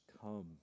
come